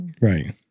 Right